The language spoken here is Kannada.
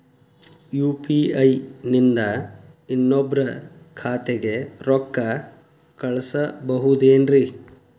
ಯು.ಪಿ.ಐ ನಿಂದ ಇನ್ನೊಬ್ರ ಖಾತೆಗೆ ರೊಕ್ಕ ಕಳ್ಸಬಹುದೇನ್ರಿ?